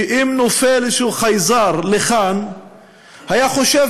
שאם היה נופל איזה חייזר לכאן היה חושב